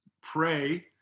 pray